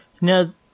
Now